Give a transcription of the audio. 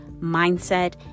mindset